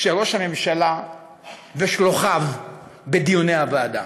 של ראש הממשלה ושל שלוחיו בדיוני הוועדה?